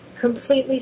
completely